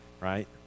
right